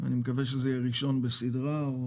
אני מקווה שהוא ראשון בסדרה של דיונים,